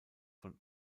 von